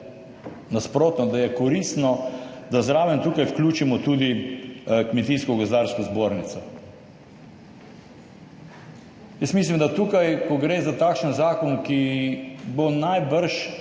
nasprotno, da je koristno, da zraven tukaj vključimo tudi Kmetijsko-gozdarsko zbornico. Jaz mislim, da tukaj, ko gre za takšen zakon, ki bo najbrž